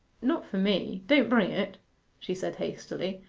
not for me. don't bring it she said hastily.